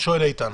שואל איתן.